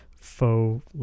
faux